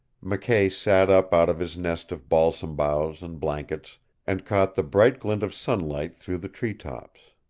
mckay sat up out of his nest of balsam boughs and blankets and caught the bright glint of sunlight through the treetops.